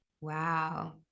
Wow